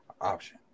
option